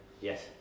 Yes